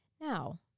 Now